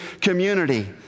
community